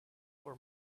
for